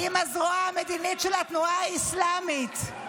עם הזרוע המדינית של התנועה האסלאמית,